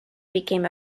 became